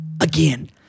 Again